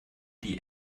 die